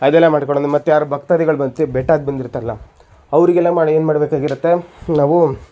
ಅದೆಲ್ಲ ಮಾಡ್ಕೊಳ್ಳೋದು ಮತ್ಯಾರು ಭಕ್ತಾದಿಗಳು ಬರ್ತಿ ಬೆಟ್ಟ ಹತ್ತಿ ಬಂದಿರ್ತಾರಲ್ಲ ಅವರಿಗೆಲ್ಲ ಮಾಡಿ ಏನ್ಮಾಡ್ಬೇಕಾಗಿರತ್ತೆ ನಾವು